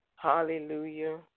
Hallelujah